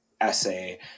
essay